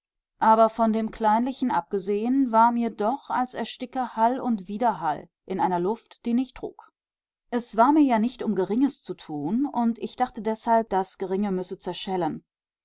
aber von dem kleinlichen abgesehen war mir doch als ersticke hall und widerhall in einer luft die nicht trug es war mir ja nicht um geringes zu tun und ich dachte deshalb das geringe müsse zerschellen